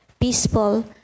peaceful